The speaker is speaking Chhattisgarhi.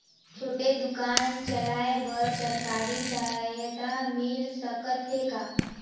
छोटे दुकान चलाय बर सरकारी सहायता मिल सकत हे का?